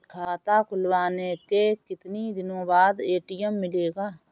खाता खुलवाने के कितनी दिनो बाद ए.टी.एम मिलेगा?